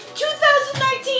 2019